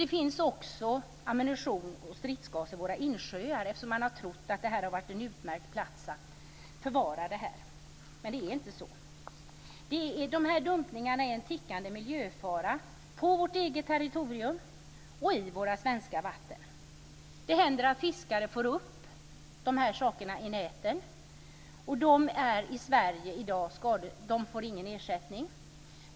Det finns också ammunition och stridsgas i våra insjöar, eftersom man har trott att det är en utmärkt plats att förvara det. Men det är inte så. De här dumpningarna är en tickande miljöfara på vårt eget territorium och i våra svenska vatten. Det händer att fiskare får upp de här sakerna i näten, och i Sverige får de i dag ingen ersättning.